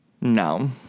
No